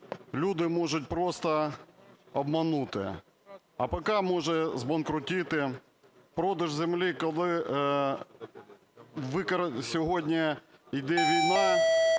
Людей можуть просто обманути, АПК може збанкрутіти. Продаж землі, коли сьогодні йде війна,